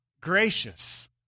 gracious